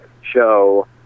show